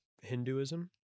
hinduism